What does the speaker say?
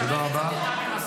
תודה רבה.